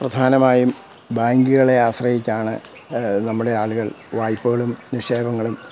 പ്രധാനമായും ബാങ്കുകളെ ആശ്രയിച്ചാണ് നമ്മുടെ ആളുകൾ വായ്പ്പകളും നിക്ഷേപങ്ങളും